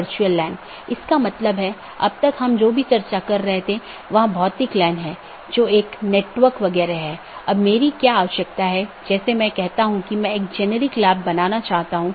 तो इसका मतलब यह है कि OSPF या RIP प्रोटोकॉल जो भी हैं जो उन सूचनाओं के साथ हैं उनका उपयोग इस BGP द्वारा किया जा रहा है